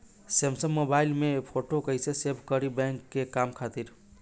Samsung mobile में photo कैसे save करीं बैंक के काम खातिर?